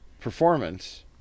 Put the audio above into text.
performance